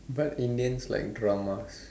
but Indians like dramas